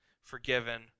forgiven